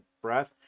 breath